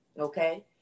Okay